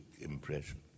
impression